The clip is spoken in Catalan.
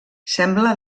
sembla